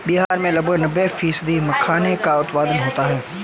बिहार में लगभग नब्बे फ़ीसदी मखाने का उत्पादन होता है